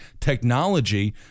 technology